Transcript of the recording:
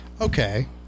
Okay